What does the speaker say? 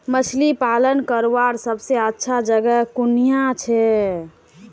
मछली पालन करवार सबसे अच्छा जगह कुनियाँ छे?